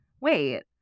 wait